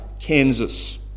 Kansas